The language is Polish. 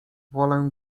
wolę